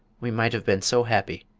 we might have been so happy!